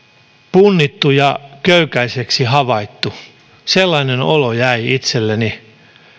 punnittu ja köykäiseksi havaittu sellainen olo jäi itselleni